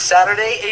Saturday